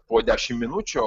po dešim minučių